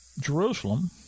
Jerusalem